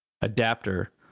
adapter